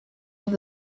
have